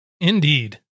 Indeed